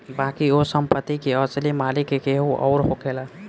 बाकी ओ संपत्ति के असली मालिक केहू अउर होखेला